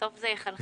בסוף זה יחלחל,